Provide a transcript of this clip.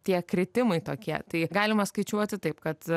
tie kritimai tokie tai galima skaičiuoti taip kad